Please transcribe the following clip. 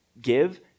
give